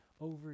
over